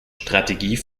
strategie